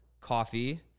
coffee